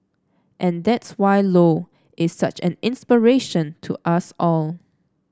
and that's why Low is such an inspiration to us all